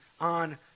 on